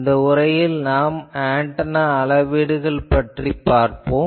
இந்த உரையில் நாம் ஆன்டெனா அளவீடுகள் பற்றிப் பார்ப்போம்